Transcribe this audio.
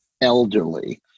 elderly